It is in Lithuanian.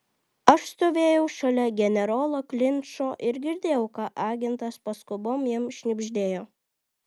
aš stovėjau šalia generolo klinčo ir girdėjau ką agentas paskubom jam šnibždėjo